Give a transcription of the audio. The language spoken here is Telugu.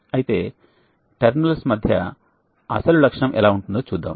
అయితే టెర్మినల్స్ మధ్య అసలు లక్షణం ఎలా ఉంటుందో చూద్దాం